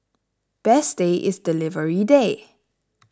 best day is delivery day